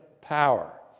power